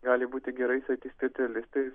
gali būti gerais ai tį specialistai